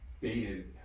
baited